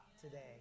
today